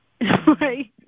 right